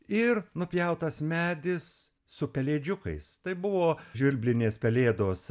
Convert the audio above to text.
ir nupjautas medis su pelėdžiukais tai buvo žvirblinės pelėdos